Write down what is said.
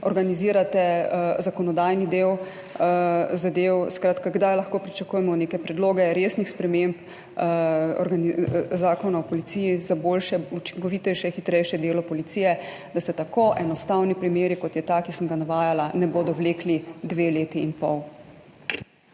organizirate zakonodajni del zadev, neke predloge resnih sprememb Zakona o policiji za boljše, učinkovitejše, hitrejše delo policije, da se tako enostavni primeri, kot je ta, ki sem ga navajala, ne bodo vlekli dve leti in pol.